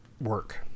work